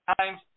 times